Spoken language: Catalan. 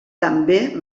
també